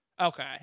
Okay